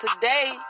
today